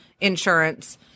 insurance